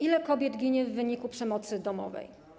Ile kobiet ginie w wyniku przemocy domowej?